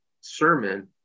sermon